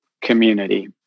community